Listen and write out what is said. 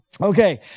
Okay